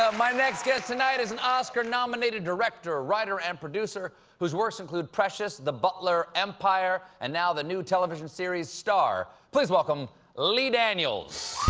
um my next guest is an oscar-nominated director, writer, and producer whose works include precious, the butler, empire, and now the new television series, star. please welcome lee daniels.